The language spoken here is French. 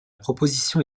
proposition